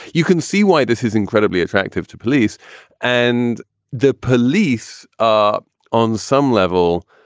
you can see why this is incredibly attractive to police and the police ah on some level.